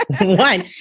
one